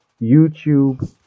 YouTube